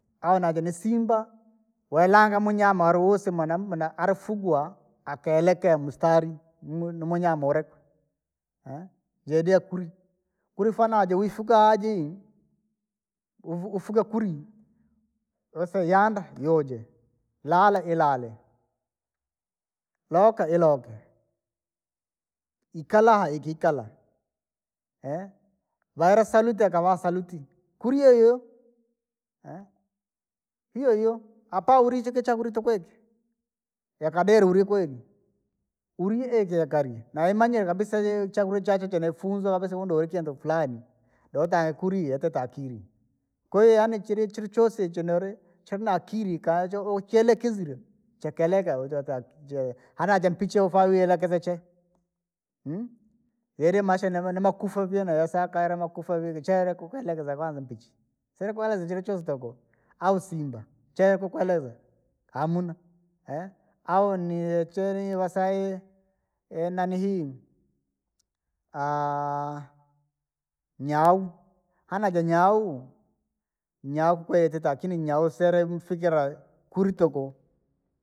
Au naje ni simba, welanga munyama ali woosi mwe ani fugwa, akaelewa mustani, ni munyama anileu, zaidi ya kuri, kuri fanaa jo uifage jii. ufu- ufuge kuri, ose yaanda yauje, lala ilalee, loolea iloke, ikalaa yaleiikalaa, vaira saluti yakavaa saluti. Kuri iyoyo, hiyohiyo hapa uriya ila chakurya tukuu ikii, yakadiira uriya kweri, uri eje karne, nayamanyire kabisa chakuniya chachoo chee chenefunzura avisi vundu vene kintu furani. Dee utange kuri yatitee akiri, kwahiyo chirii chiri choosi che ichineri, chona akiri kajo uchalekizire, chekeleka leeelekega ujaaja kije hala ja mpichi ufaa uielekeze chee. yeeli ma chenee nema nema nimakufa vii niyesakala makufa vigi cheele kukielekeza kwanza mpichi, siri kuelekeza chili choosi tuku, au simba, chee kukueleza, hamuna, au niye chere vaseya ihu, enanihii, nyau, hanaa jaa nyau, nyau koo yatitee akini nyau sinimufikirakuri tukuu.